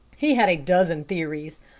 he had a dozen theories,